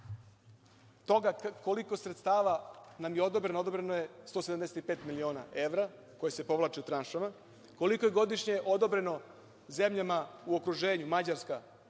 toga koliko sredstava nam je odobreno, odobreno je 175 miliona evra koje se povlače u tranšama. Koliko je godišnje odobreno zemljama u okruženju? Mađarska